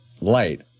light